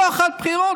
שוחד בחירות,